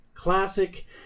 classic